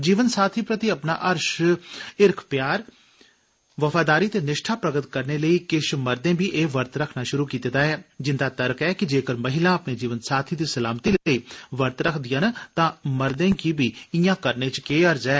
जीवन साथी प्रति अपना हिर्ख प्यार वफादारी ते निष्ठा प्रगट करने लेई किश मर्दे बी एह वर्त रखना शुरू कीते दा ऐ जिंदा तर्क ऐ कि जेकर महिलां अपने जीवन साथी दी सलामती लेई वर्त रखदियां न तां मर्दे गी बी इआं करने च केह् हर्ज ऐ